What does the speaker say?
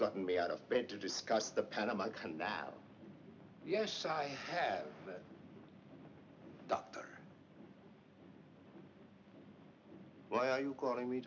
gotten me out of bed to discuss the panama canal yes i have a doctor why are you calling me